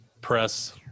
press